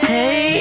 Hey